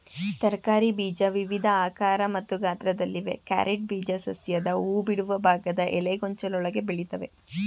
ತರಕಾರಿ ಬೀಜ ವಿವಿಧ ಆಕಾರ ಮತ್ತು ಗಾತ್ರದಲ್ಲಿವೆ ಕ್ಯಾರೆಟ್ ಬೀಜ ಸಸ್ಯದ ಹೂಬಿಡುವ ಭಾಗದ ಎಲೆಗೊಂಚಲೊಳಗೆ ಬೆಳಿತವೆ